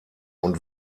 und